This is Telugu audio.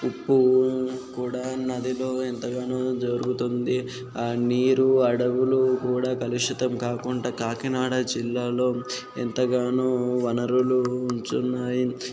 ఉప్పు కూడా నదిలో ఎంతగానో దొరుకుతుంది ఆ నీరు అడవులు కూడా కలుషితం కాకుండా కాకినాడ జిల్లాలో ఎంతగానో వనరులు ఉన్నాయి